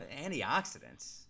antioxidants